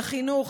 לחינוך,